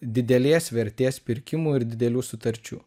didelės vertės pirkimų ir didelių sutarčių